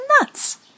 nuts